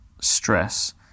stress